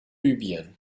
libyen